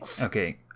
okay